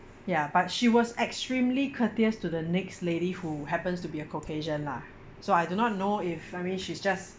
ya but she was extremely courteous to the next lady who happens to be a caucasian lah so I do not know if I mean she's just